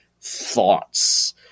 thoughts